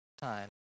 time